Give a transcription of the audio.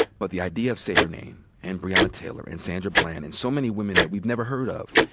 but the idea of say her name, and breonna taylor, and sandra bland, and so many women that we've never heard of,